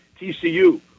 TCU